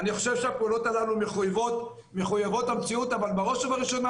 אני חושב שהפעולות הללו מחויבות המציאות אבל בראש ובראש,